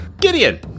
Gideon